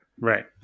Right